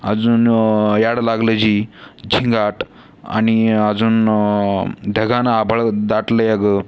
अजून याड लागलं जी झिंगाट आणि अजून ढगानं आभाळ दाटलंय गं